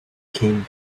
king